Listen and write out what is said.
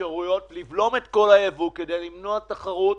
אפשרויות לבלום את כל הייבוא כדי למנוע תחרות